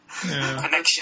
connection